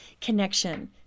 connection